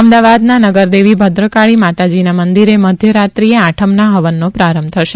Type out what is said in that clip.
અમદાવાદના નગરદેવી ભદ્રકાળી માતાજીના મંદિરે મધ્યરાત્રીએ આઠમના હવનનો પ્રારંભ થશે